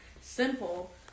simple